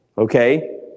Okay